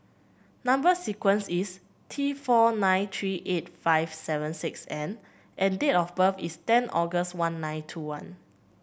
number sequence is T four nine three eight five seven six N and date of birth is ten August one nine two one